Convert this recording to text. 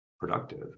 productive